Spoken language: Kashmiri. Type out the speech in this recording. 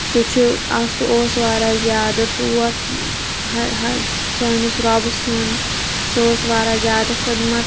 سُہ چھُ ٲں سُہ اوس واراہ زِیادٕ ٹوٹھ سٲنِس رۅبہٕ سُنٛد سُہ اوس واراہ زِیادٕ خدمت